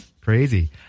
Crazy